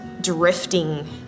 drifting